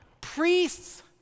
Priests